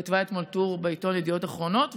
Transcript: כתבה אתמול טור בעיתון ידיעות אחרונות,